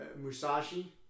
Musashi